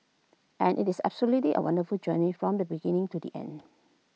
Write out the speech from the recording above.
and IT is absolutely A wonderful journey from the beginning to the end